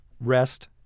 rest